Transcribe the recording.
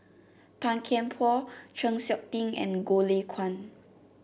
Tan Kian Por Chng Seok Tin and Goh Lay Kuan